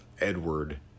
Edward